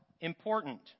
important